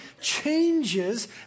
changes